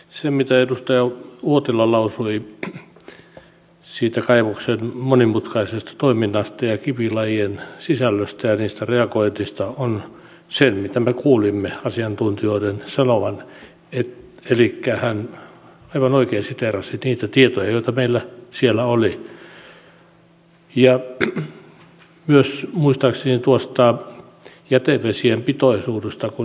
se mitä edustaja uotila lausui kaivoksen monimutkaisesta toiminnasta kivilajien sisällöstä ja niistä reagoinneista on se mitä me kuulimme asiantuntijoiden sanovan elikkä hän aivan oikein siteerasi niitä tietoja joita meillä siellä oli ja muistaakseni myös jätevesien pitoisuudesta kun ne ovat siellä varastoituna